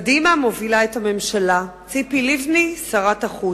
קדימה מובילה את הממשלה, ציפי לבני, שרת החוץ,